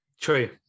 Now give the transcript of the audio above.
True